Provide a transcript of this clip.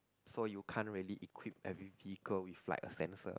so you can't really equip every vehicle with like a sensor